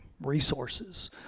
resources